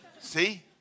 see